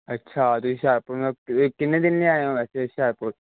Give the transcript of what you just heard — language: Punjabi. ਅੱਛਾ ਤੁਸੀਂ ਹੁਸ਼ਿਆਰਪੁਰ ਇਹ ਕਿੰਨੇ ਦਿਨ ਲਈ ਆਏ ਹੋ ਵੈਸੇ ਹੁਸ਼ਿਆਰਪੁਰ